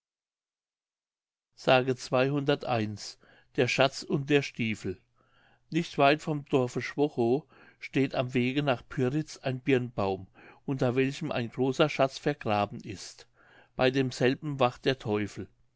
der schatz und der stiefel nicht weit vom dorfe schwochow steht am wege nach pyritz ein birnbaum unter welchem ein großer schatz vergraben ist bei demselben wacht der teufel